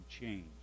change